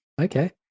Okay